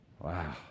Wow